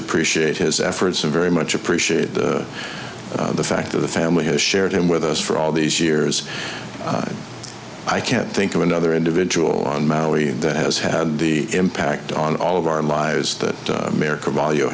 appreciate his efforts are very much appreciated the fact of the family has shared him with us for all these years i can't think of another individual on maui that has had the impact on all of our lives that america value